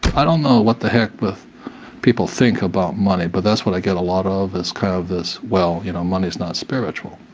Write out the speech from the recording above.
i don't know what the heck people think about money, but that's what i get a lot of, is kind of this, well, you know money is not spiritual.